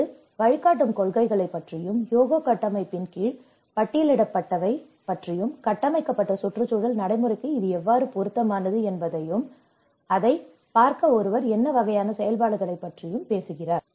இது வழிகாட்டும் கொள்கைகளைப் பற்றியும் ஹியோகோ கட்டமைப்பின் கீழ் பட்டியலிடப்பட்டவை பற்றியும் கட்டமைக்கப்பட்ட சுற்றுச்சூழல் நடைமுறைக்கு இது எவ்வாறு பொருத்தமானது என்பதையும் அதைப் பார்க்க ஒருவர் என்ன வகையான செயல்பாடுகளைப் பற்றியும் பேசுகிறார்